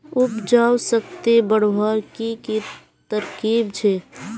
उपजाऊ शक्ति बढ़वार की की तरकीब छे?